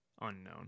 unknown